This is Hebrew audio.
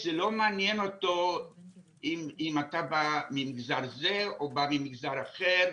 זה לא מעניין אותו אם אתה ממגזר זה או בא ממגזר אחר,